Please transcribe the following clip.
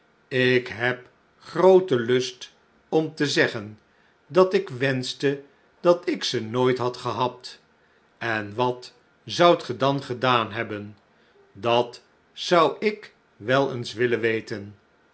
ik heb grooten lust om te zeggen dat ik wenschte dat ik ze nooit had gehad en wat zoudt ge dan gedaan hebben dat zou ik wel eens willen weten